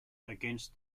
against